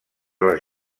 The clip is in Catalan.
les